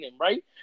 right